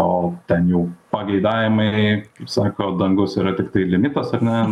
o ten jau pageidavimai kaip sako dangus yra tiktai limitas ar ne